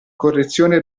correzione